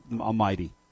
Almighty